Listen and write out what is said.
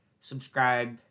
subscribe